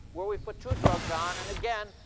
where we've put two drugs on. and again,